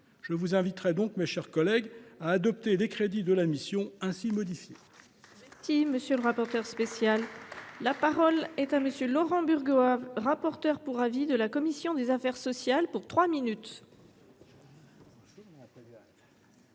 Je vous inviterai donc, mes chers collègues, à adopter les crédits de la mission ainsi modifiés.